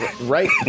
Right